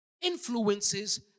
influences